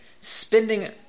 spending